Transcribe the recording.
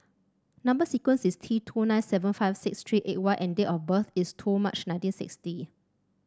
number sequence is T two nine seven five six three eight Y and date of birth is two March nineteen sixty